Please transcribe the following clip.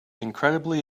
incredibly